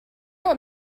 what